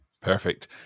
Perfect